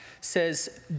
says